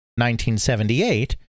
1978